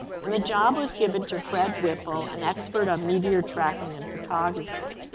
and the job was given to fred whipple, an expert on meteor tracking and photography.